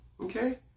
Okay